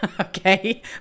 okay